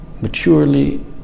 maturely